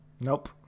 Nope